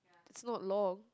it's not long